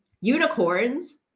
unicorns